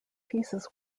pieces